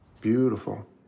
Beautiful